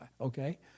okay